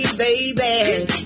baby